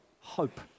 hope